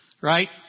Right